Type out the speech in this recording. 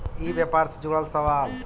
ई व्यापार से जुड़ल सवाल?